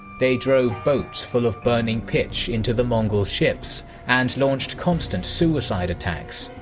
they drove boats full of burning pitch into the mongol ships and launched constant suicide attacks.